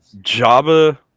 Java